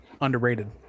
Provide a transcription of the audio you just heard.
Underrated